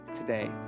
today